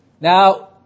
now